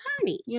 attorney